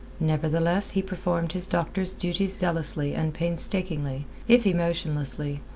nevertheless he performed his doctor's duties zealously and painstakingly, if emotionlessly,